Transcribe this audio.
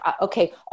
okay